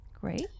Great